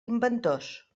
inventors